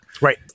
Right